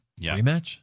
Rematch